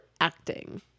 acting